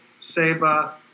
Seba